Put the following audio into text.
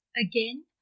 Again